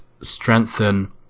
strengthen